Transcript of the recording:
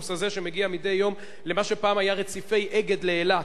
שהאוטובוס הזה שמגיע מדי יום למה שפעם היה רציפי "אגד" לאילת,